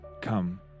come